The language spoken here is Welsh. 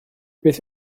beth